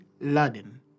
laden